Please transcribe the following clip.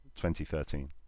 2013